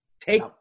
take